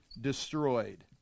destroyed